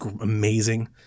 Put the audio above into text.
amazing